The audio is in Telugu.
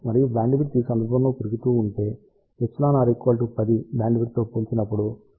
మరియు బ్యాండ్విడ్త్ ఈ సందర్భంలో పెరుగుతూ ఉంటే εr 10 బ్యాండ్విడ్త్తో పోల్చినప్పుడు εr 2